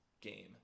game